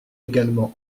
également